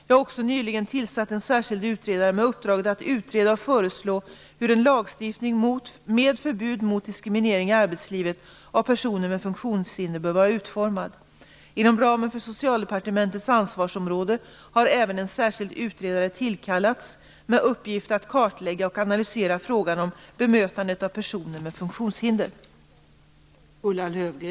Jag har också nyligen tillsatt en särskild utredare med uppdraget att utreda och föreslå hur en lagstiftning med förbud mot diskriminering i arbetslivet av personer med funktionshinder bör vara utformad. Inom ramen för Socialdepartementets ansvarsområde har även en särskild utredare tillkallats med uppgift att kartlägga och analysera frågan om bemötandet av personer med funktionshinder.